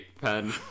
pen